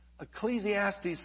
Ecclesiastes